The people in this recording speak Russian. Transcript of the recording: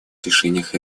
решениях